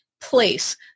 place